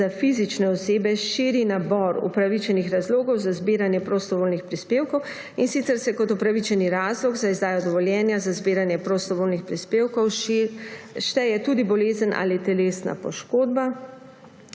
ki za fizične osebe širi nabor upravičenih razlogov za zbiranje prostovoljnih prispevkov, in sicer se kot upravičeni razlog za izdajo dovoljenja za zbiranje prostovoljnih prispevkov šteje tudi bolezen ali telesna poškodba,